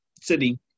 city